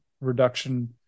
reduction